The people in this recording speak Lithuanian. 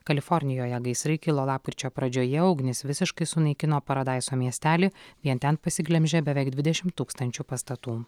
kalifornijoje gaisrai kilo lapkričio pradžioje ugnis visiškai sunaikino paradaiso miestelį vien ten pasiglemžė beveik dvidešimt tūkstančių pastatų